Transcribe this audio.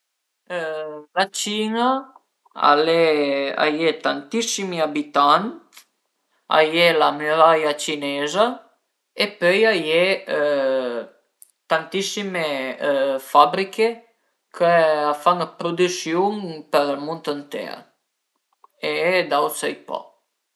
Finì dë travaiè, saré ël magazin, pöi andé a ca, fe 'na bela doccia, andé mangé sin-a, bütese ël pigiama e pöi bütese ënt ël let e vardese ën po dë televiziun